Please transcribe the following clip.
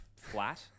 flat